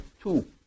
two